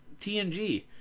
TNG